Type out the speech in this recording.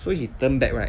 so he turn back right